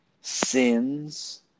sins